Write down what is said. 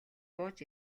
бууж